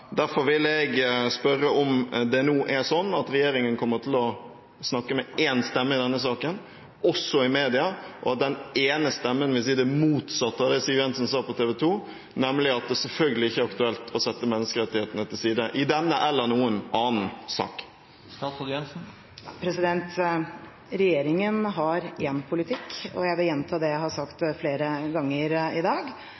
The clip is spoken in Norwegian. vil spørre om det nå er sånn at regjeringen kommer til å snakke med én stemme i denne saken, også i media, og at den ene stemmen vil si det motsatte av det Siv Jensen sa på TV 2, nemlig at det selvfølgelig ikke er aktuelt å sette menneskerettighetene til side i denne eller noen annen sak. Regjeringen har én politikk og jeg vil gjenta det jeg har sagt flere ganger i dag,